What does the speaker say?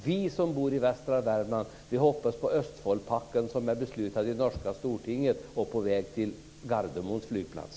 Vi som bor i västra Värmland hoppas på Östfoldpakken som är beslutad i norska Stortinget och på väg till Gardemoens flygplats.